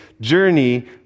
journey